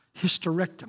hysterectomy